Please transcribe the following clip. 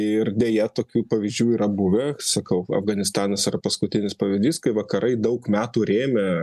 ir deja tokių pavyzdžių yra buvę sakau afganistanas yra paskutinis pavyzdys kai vakarai daug metų rėmė